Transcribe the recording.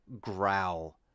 growl